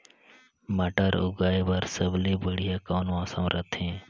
मटर उगाय बर सबले बढ़िया कौन मौसम रथे?